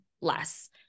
less